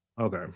Okay